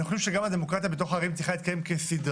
אני חושב שגם הדמוקרטיה בתוך הערים צריכה להתקיים כסדרה.